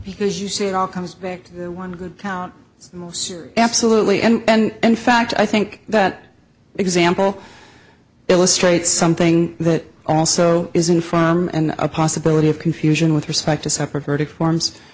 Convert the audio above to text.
because you see it all comes back to one good out most absolutely and in fact i think that example illustrates something that also isn't from and a possibility of confusion with respect to separate verdict forms